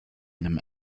einem